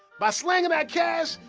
by slangin dat cash,